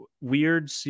weird